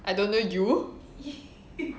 I don't know you